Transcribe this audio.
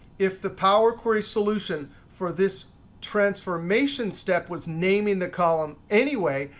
if the power query solution for this transformation step was naming the column anyway,